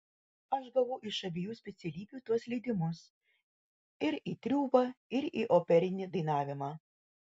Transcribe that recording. aš gavau iš abiejų specialybių tuos leidimus ir į triūbą ir į operinį dainavimą